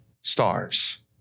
stars